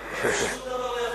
רצוני לשאול: